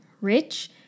rich